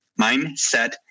mindset